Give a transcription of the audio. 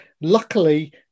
Luckily